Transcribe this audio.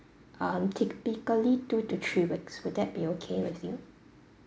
um typically two to three weeks will that be okay with you